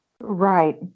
Right